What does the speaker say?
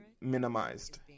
minimized